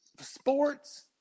Sports